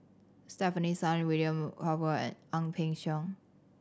Stefanie Sun William Farquhar and Ang Peng Siong